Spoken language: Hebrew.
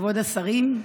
כבוד השרים,